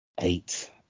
Eight